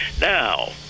now